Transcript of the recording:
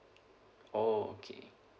oh okay